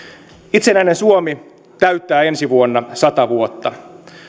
itsenäinen suomi täyttää ensi vuonna sata vuotta